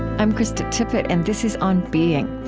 i'm krista tippett, and this is on being.